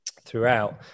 throughout